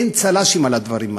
אין צל"שים על הדברים האלה.